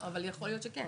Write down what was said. אבל יכול להיות שכן.